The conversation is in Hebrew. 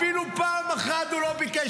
אפילו פעם אחת הוא לא ביקש